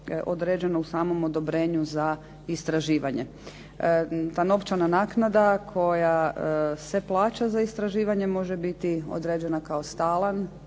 određeno u samom odobrenju za istraživanje. Ta novčana naknada koja se plaća za istraživanje ože biti određena kao stalan,